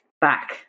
back